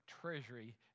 treasury